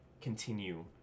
continue